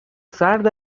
سرد